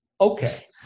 okay